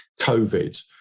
COVID